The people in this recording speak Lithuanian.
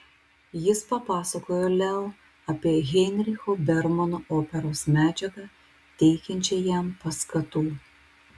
jis papasakojo leo apie heinricho bermano operos medžiagą teikiančią jam paskatų